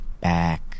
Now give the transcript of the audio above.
back